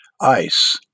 ice